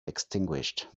extinguished